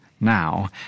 now